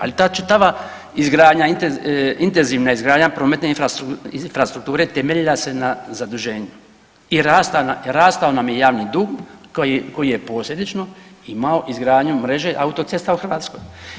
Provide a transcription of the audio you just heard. Ali ta čitava izgradnja intenzivna izgradnja prometne infrastrukture temeljila se na zaduženju i rastao nam je javni dug koji je posljedično imao izgradnju mreže autocesta u Hrvatskoj.